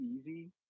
easy